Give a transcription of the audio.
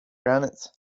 granite